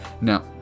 Now